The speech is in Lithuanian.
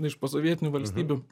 iš posovietinių valstybių